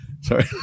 Sorry